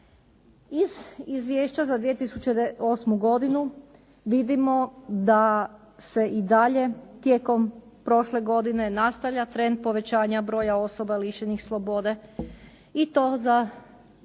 Iz Izvješća za 2008. godinu vidimo da se i dalje tijekom prošle godine nastavlja trend povećanja broja osoba lišenih slobode i to za preko